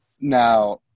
Now